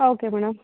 okay madam